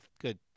good